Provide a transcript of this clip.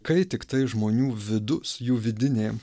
kai tiktai žmonių vidus jų vidinė